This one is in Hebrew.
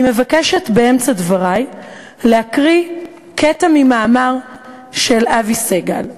אני מבקשת באמצע דברי להקריא קטע ממאמר של אבי סגל,